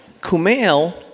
Kumail